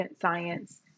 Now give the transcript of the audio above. science